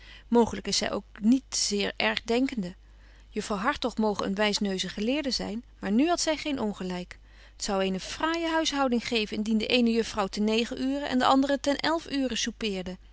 mooglyk is zy ook niet zeer ergdenkende juffrouw hartog moge een wysneuze geleerde zyn maar nu hadt zy geen ongelyk t zou eene fraaije huishouding geven indien de eene juffrouw ten negen uuren en de andre ten elf uuren soupeerde